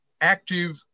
active